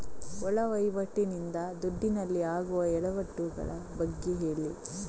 ಒಳ ವಹಿವಾಟಿ ನಿಂದ ದುಡ್ಡಿನಲ್ಲಿ ಆಗುವ ಎಡವಟ್ಟು ಗಳ ಬಗ್ಗೆ ಹೇಳಿ